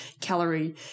calorie